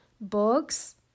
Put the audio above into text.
books